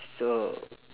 so